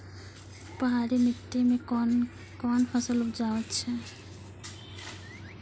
पहाड़ी मिट्टी मैं कौन फसल उपजाऊ छ?